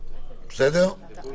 בסדר גמור.